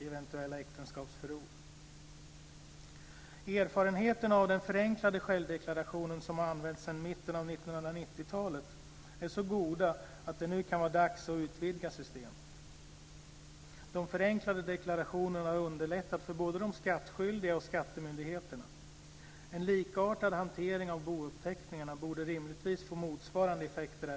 Erfarenheterna av den förenklade självdeklarationen, som har använts sedan mitten av 1990-talet, är så goda att det nu kan vara dags att utvidga systemet. De förenklade deklarationerna har underlättat för både de skattskyldiga och skattemyndigheterna. En likartad hantering av bouppteckningarna borde rimligtvis få motsvarande effekter.